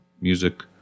music